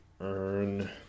earn